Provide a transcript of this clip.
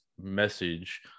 message